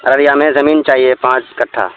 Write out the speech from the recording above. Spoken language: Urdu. اریا ہمیں زمین چاہیے پانچ کٹھا